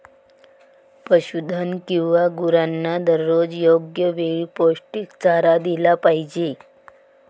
पशुधन किंवा गुरांना दररोज योग्य वेळी पौष्टिक चारा दिला पाहिजे